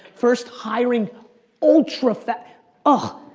first, hiring ultra-fast ah